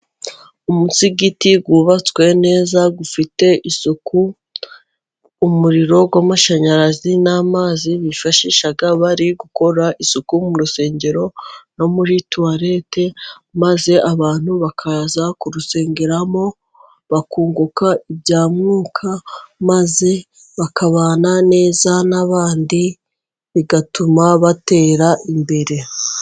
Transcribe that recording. Umusigiti wubatswe neza ufite isuku, umuriro w'amashanyarazi n'amazi bifashisha bari gukora isuku mu rusengero no muri tuwarete maze abantu bakaza kurusengeramo bakunguka ibya mwuka maze bakabana neza n'abandi bigatuma batera imbere.